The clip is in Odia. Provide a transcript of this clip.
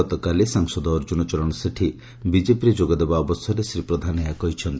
ଗତକାଲି ସାଂସଦ ଅର୍ଜୁନ ଚରଣ ସେଠୀ ବିଜେପିରେ ଯୋଗଦେବା ଅବସରରେ ଶ୍ରୀ ପ୍ରଧାନ ଏହା କହିଛନ୍ତି